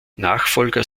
nachfolger